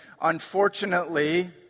unfortunately